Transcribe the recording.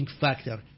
factor